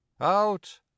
Out